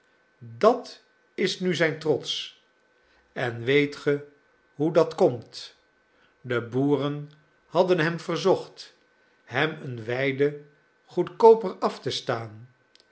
dat is nu zijn trots en weet ge hoe dat komt de boeren hadden hem verzocht hem een weide goedkooper af te staan